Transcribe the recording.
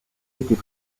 était